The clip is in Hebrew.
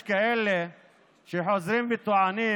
יש כאלה שחוזרים וטוענים,